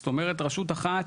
זאת אומרת, רשות אחת,